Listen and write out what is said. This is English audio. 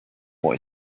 boy